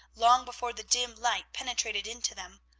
long before the dim light penetrated into them,